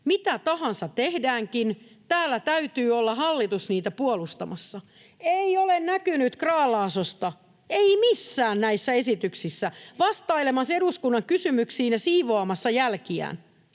mitä tahansa tehdäänkin, täällä täytyy olla hallituksen niitä puolustamassa. Ei ole näkynyt Grahn-Laasosta, ei missään näistä esityksistä, vastailemassa eduskunnan kysymyksiin ja siivoamassa jälkiään.